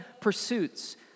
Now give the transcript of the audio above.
pursuits